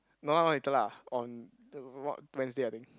no no later lah on to what Wednesday I think